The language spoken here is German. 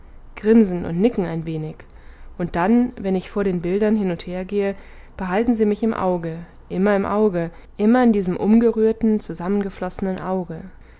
grinsen und nicken ein wenig und dann wenn ich vor den bildern hin und her gehe behalten sie mich im auge immer im auge immer in diesem umgerührten zusammengeflossenen auge